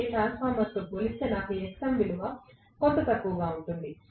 కాబట్టి ట్రాన్స్ఫార్మర్తో పోల్చితే నాకు Xm విలువ కొంత తక్కువగా ఉంటుంది